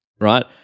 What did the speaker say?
right